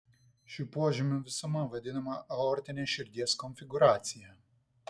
šių požymių visuma vadinama aortine širdies konfigūracija